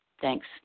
Thanks